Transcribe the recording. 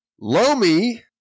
Lomi